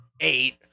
eight